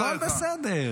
הכול בסדר.